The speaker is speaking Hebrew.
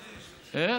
רגע,